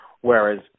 whereas